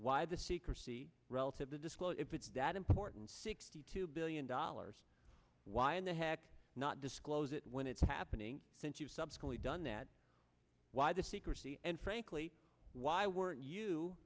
why the secrecy relative the disco if it's that important sixty two billion dollars why in the heck not disclose it when it's happening since you've subsequently done that why the secrecy and frankly why weren't you